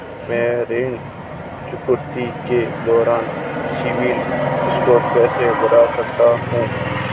मैं ऋण चुकौती के दौरान सिबिल स्कोर कैसे बढ़ा सकता हूं?